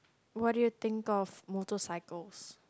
what do you think of motorcycles